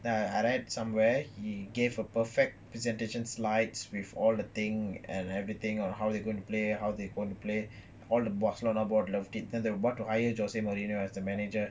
then I I read somewhere he gave a perfect presentation slides with all the thing and everything on how they going to play how they going to play all the barcelona board loved it then they want to hire jose mourinho as the manager